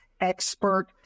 expert